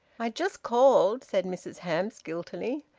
i just called, said mrs hamps guiltily.